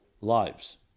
lives